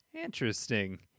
interesting